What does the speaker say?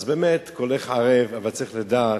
אז באמת קולך ערב, אבל צריך לדעת,